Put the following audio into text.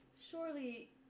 Surely